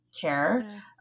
care